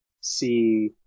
see